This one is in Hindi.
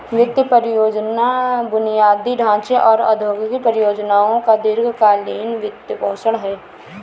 वित्त परियोजना बुनियादी ढांचे और औद्योगिक परियोजनाओं का दीर्घ कालींन वित्तपोषण है